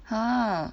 !huh!